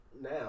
now